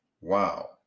Wow